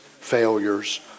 failures